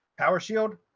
power shield,